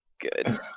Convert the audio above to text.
Good